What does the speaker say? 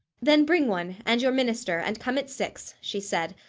then bring one, and your minister, and come at six, she said.